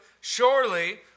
Surely